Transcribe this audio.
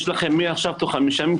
יש לכם מעכשיו תוך חמישה ימים,